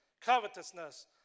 Covetousness